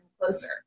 closer